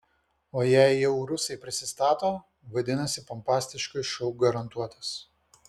o jei jau rusai prisistato vadinasi pompastiškas šou garantuotas